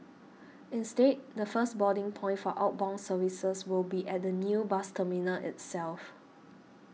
instead the first boarding point for outbound services will be at the new bus terminal itself